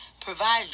Provide